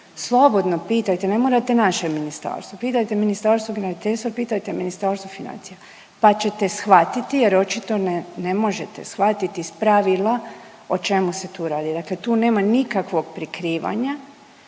slobodno pitajte. Ne morate naše ministarstvo, pitajte Ministarstvo graditeljstva, pitajte Ministarstvo financija pa ćete shvatiti jer očito ne možete shvatiti pravila o čemu se tu radi. Dakle, tu nema nikakvog prikrivanja.